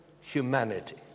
humanity